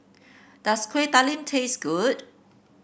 does Kueh Talam taste good